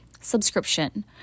subscription